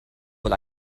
wohl